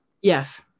yes